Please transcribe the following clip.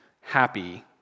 happy